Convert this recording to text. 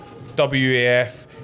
WAF